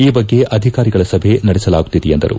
ಈ ಬಗ್ಗೆ ಅಧಿಕಾರಿಗಳ ಸಭೆ ನಡೆಸಲಾಗುತ್ತಿದೆ ಎಂದರು